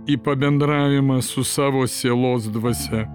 į pabendravimą su savo sielos dvasia